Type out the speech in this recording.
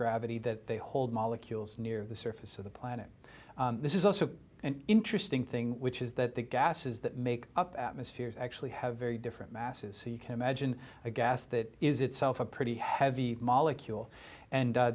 gravity that they hold molecules near the surface of the planet this is also an interesting thing which is that the gases that make up atmospheres actually have very different masses so you can imagine a gas that is itself a pretty heavy molecule and